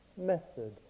method